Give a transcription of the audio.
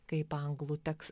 kaip anglų teks